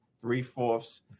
three-fourths